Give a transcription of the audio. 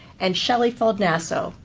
and shelley fuld nasso,